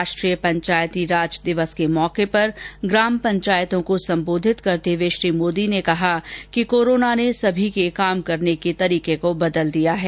राष्ट्रीय पंचायती राज दिवस के मौके पर आज ग्राम पंचायतों को संबोधित करते हुए श्री मोदी ने कहा कि कोरोना ने सभी के काम करने के तरीकों को बदल दिया है